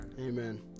Amen